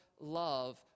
love